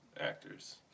actors